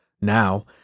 Now